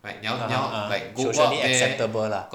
(uh huh) (uh huh) socially acceptable lah